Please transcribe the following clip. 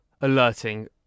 alerting